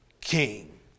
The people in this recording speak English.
King